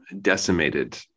decimated